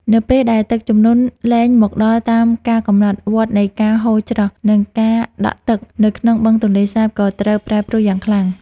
នៅពេលដែលទឹកជំនន់លែងមកដល់តាមការកំណត់ វដ្តនៃការហូរច្រោះ និងការដក់ទឹកនៅក្នុងបឹងទន្លេសាបក៏ត្រូវប្រែប្រួលយ៉ាងខ្លាំង។